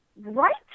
right